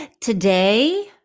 Today